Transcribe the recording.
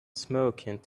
smoking